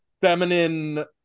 feminine